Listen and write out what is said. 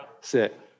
Sit